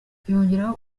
yongeraho